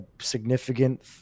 significant